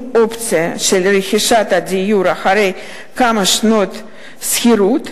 עם אופציה של רכישת הדירות אחרי כמה שנות שכירות,